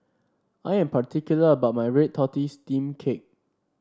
I am particular about my Red Tortoise Steamed Cake